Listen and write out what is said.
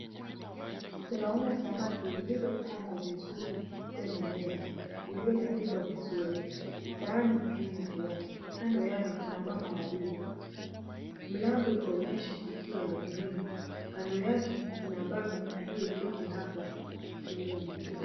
Tunaona samaki zilizopangwa vizuri kwenye meza iliyotandikwa vizuri. Sahani ikiwemo juu yake, kando yake kuna wamama wawili. Mlango ikionyesha ikiwa ya green . Kando yake kuna baba aliyeketi hapo akiuza manguo.